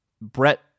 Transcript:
Brett